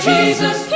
Jesus